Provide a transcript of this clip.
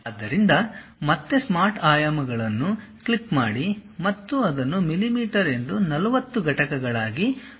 ಆದ್ದರಿಂದ ಮತ್ತೆ ಸ್ಮಾರ್ಟ್ ಆಯಾಮಗಳನ್ನು ಕ್ಲಿಕ್ ಮಾಡಿ ಮತ್ತು ಅದನ್ನು ಮಿಲಿಮೀಟರ್ ಎಂದು 40 ಘಟಕಗಳಾಗಿ ಬಳಸಿ